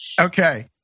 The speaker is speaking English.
Okay